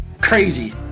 crazy